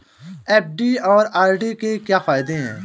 FD और RD के क्या फायदे हैं?